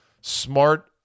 smart